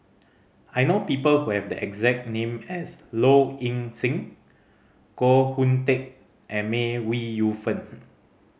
I know people who have the exact name as Low Ing Sing Koh Hoon Teck and May Ooi Yu Fen